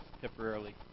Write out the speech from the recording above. temporarily